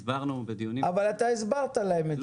הסברנו בדיונים קודמים --- אבל אתה הסברת להם את זה.